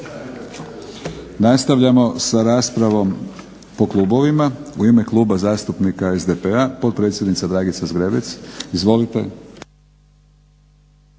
Nastavljamo sa raspravom po klubovima. U ime Kluba zastupnika SDP-a potpredsjednica Dragica Zgrebec. Izvolite.